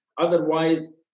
Otherwise